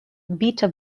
beta